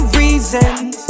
reasons